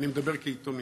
אני מדבר כעיתונאי.